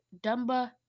Dumba